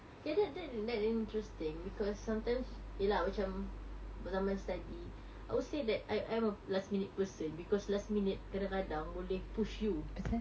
ya that that that interesting because sometimes ya lah macam zaman study I would say that I I'm a last minute person because last minute kadang-kadang boleh push you